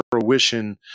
fruition